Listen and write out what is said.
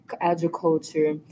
agriculture